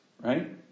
right